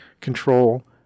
control